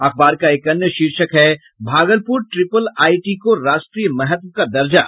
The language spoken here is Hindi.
अखबार का एक अन्य शीर्षक है भागलपुर ट्रिपल आईटी को राष्ट्रीय महत्व का दर्जा